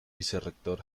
vicerrector